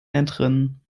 entrinnen